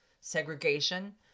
segregation